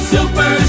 Super